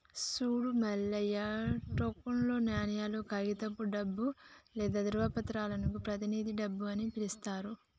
సూడు మల్లయ్య టోకెన్ నాణేలు, కాగితపు డబ్బు లేదా ధ్రువపత్రాలను ప్రతినిధి డబ్బు అని పిలుత్తారు